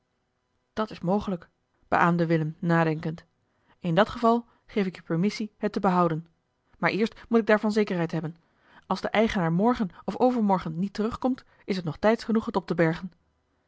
dat is mogelijk beaamde willem nadenkend in dat geval geef ik je permissie het te behouden maar eerst moet ik daarvan zekerheid hebben als de eigenaar morgen of overmorgen niet terugkomt is het nog tijds genoeg het op te bergen